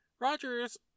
Rogers